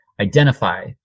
identify